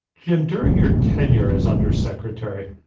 jim, during your tenure as undersecretary,